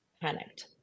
panicked